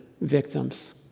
victims